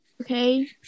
Okay